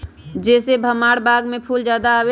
जे से हमार बाग में फुल ज्यादा आवे?